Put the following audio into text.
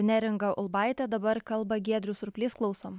neringa ulbaitė dabar kalba giedrius surplys klausom